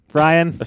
Brian